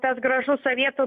tas gražus sovietų